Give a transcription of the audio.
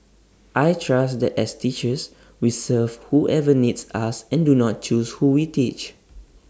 I trust that as teachers we serve whoever needs us and do not choose who we teach